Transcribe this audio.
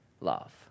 love